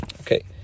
Okay